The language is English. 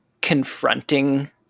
confronting